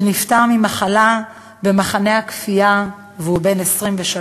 שנפטר ממחלה במחנה הכפייה והוא בן 23,